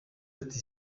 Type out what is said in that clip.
ati